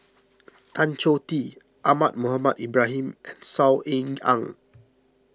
Tan Choh Tee Ahmad Mohamed Ibrahim and Saw Ean Ang